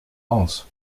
aus